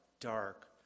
dark